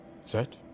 set